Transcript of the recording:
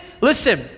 Listen